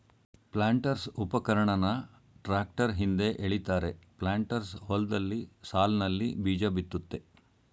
ಪ್ಲಾಂಟರ್ಸ್ಉಪಕರಣನ tractor ಹಿಂದೆ ಎಳಿತಾರೆ planters ಹೊಲ್ದಲ್ಲಿ ಸಾಲ್ನಲ್ಲಿ ಬೀಜಬಿತ್ತುತ್ತೆ